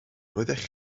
roeddech